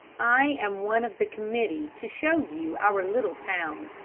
i am one of the committee to show you our little town.